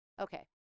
Okay